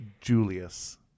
Julius